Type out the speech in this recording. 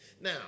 Now